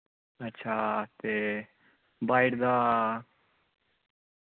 अच्छा ते ब्हाईट दा